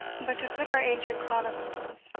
but to put our ancient chronicles,